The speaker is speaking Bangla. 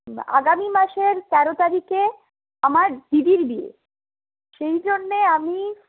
আগামী মাসের তেরো তারিখে আমার দিদির বিয়ে সেইজন্যে আমি